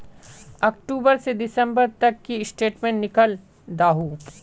अक्टूबर से दिसंबर तक की स्टेटमेंट निकल दाहू?